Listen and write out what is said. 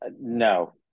No